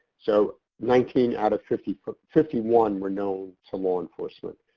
so nineteen out of fifty fifty one were known to law enforcement,